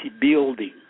building